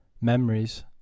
memories